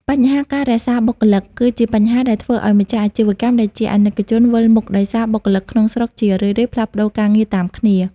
បញ្ហា "ការរក្សាបុគ្គលិក"គឺជាបញ្ហាដែលធ្វើឱ្យម្ចាស់អាជីវកម្ម ដែលជាអាណិកជនវិលមុខ ដោយសារបុគ្គលិកក្នុងស្រុកជារឿយៗផ្លាស់ប្តូរការងារតាមគ្នា។